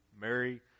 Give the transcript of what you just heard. Mary